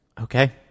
Okay